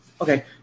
Okay